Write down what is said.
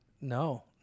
no